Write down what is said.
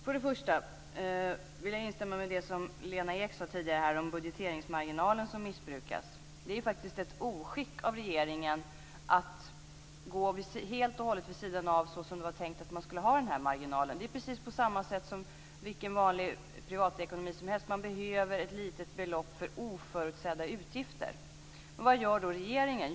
För det första vill jag instämma med det Lena Ek sade tidigare om att budgeteringsmarginalen missbrukas. Det är faktiskt ett oskick av regeringen att helt och hållet gå vid sidan av hur den här marginalen var tänkt. Det är precis på samma sätt som vilken vanlig privatekonomi som helst: Man behöver ett litet belopp för oförutsedda utgifter. Men vad gör då regeringen?